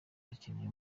dukeneye